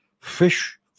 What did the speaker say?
fish